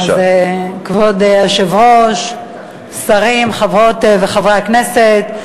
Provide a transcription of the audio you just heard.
כבוד היושב-ראש, שרים, חברות וחברי הכנסת,